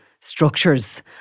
structures